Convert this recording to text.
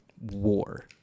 war